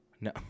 no